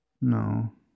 No